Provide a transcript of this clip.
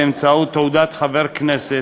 באמצעות תעודת חבר כנסת.